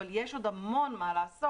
אבל יש עוד המון מה לעשות.